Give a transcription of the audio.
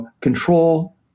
control